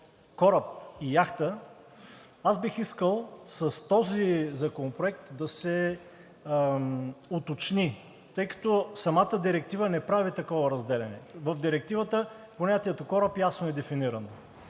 аз бих искал с този законопроект да се уточни – тъй като самата директива не прави такова разделяне, в Директивата понятието „кораб“ ясно е дефинирано.